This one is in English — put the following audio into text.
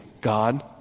God